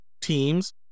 teams